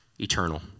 eternal